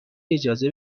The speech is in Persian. اجازه